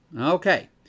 Okay